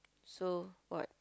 so what